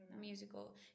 Musical